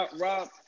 Rob